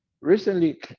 Recently